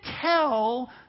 tell